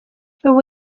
ubu